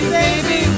baby